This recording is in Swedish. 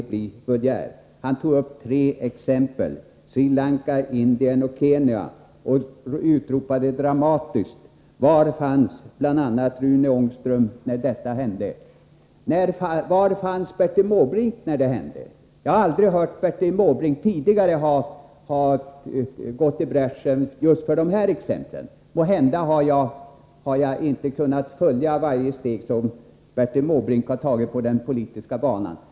Bertil Måbrink tog tre exempel — Sri Lanka, Indien och Kenya — och utropade dramatiskt: Var fanns bl.a. Rune Ångström när detta hände? Ja, var fanns Bertil Måbrink när det hände? Jag har aldrig tidigare hört Bertil Måbrink gå i bräschen för de här exemplen — måhända har jag inte kunnat följa varje steg som Bertil Måbrink tagit på den politiska banan.